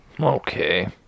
Okay